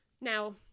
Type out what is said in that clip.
Now